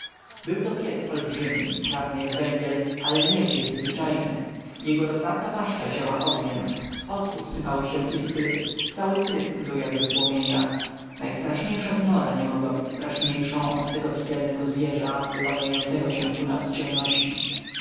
był to pies olbrzymi czarny jak węgiel ale nie pies zwyczajny jego rozwarta paszcza ziała ogniem z oczu sypały się iskry cały pysk był jakby w płomieniach najstraszniejsza zmora nie mogła być straszniejszą od tego piekielnego zwierza wyłaniającego się ku nam z ciemności